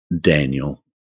Daniel